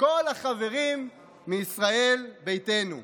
כל החברים מישראל ביתנו.